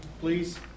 Please